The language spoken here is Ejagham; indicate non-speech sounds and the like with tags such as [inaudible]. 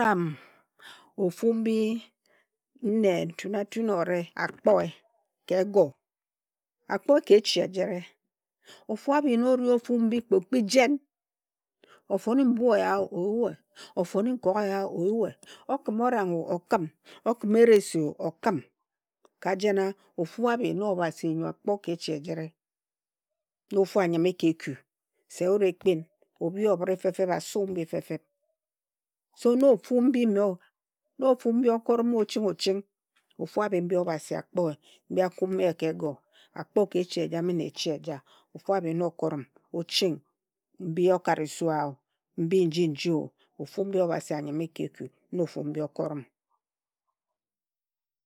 Em [hesitation] of mbi nne Ntuna-tuna owure akpoe ka ego, akpoe ka echi ejire. Ofu abh na ori ofu mbi kpe o kpi jen, ofone mbue eya o, oyue, ofone nkok e ya o, oyue, okhima o rang o, okhim. Okhima e resio okhim, ka jena, ofu abhi na Obhasi nyo akpo ka echi ejire na ofu anyime ka eku se wut ekhin. Obhi obhre fefeb a su mbi fefeb. So [unintelligible] na ofu mbi me o na ofu mbi okorom oching oching, ofu abhi mbi Obhasi a kpoe, mbi akumi ye ka ego, a kpo ka echi ejame na echi eja, ofu abhi na okorm oching mbi okabarisuao, mbi nji nji o, ofu mbi Obhasi anyime ka eku na ofu mbi okor m.